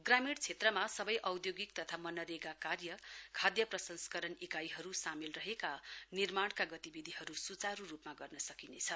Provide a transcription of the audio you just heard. ग्रामीण क्षेत्रमा सबै औद्योगिक तथा मनरेगा कार्य खाद्य प्रंस्सकरण इकाइहरू सामेल रहेका निर्माणका गतिविधिहरू सुचारू रूपमा गर्न सकिनेछ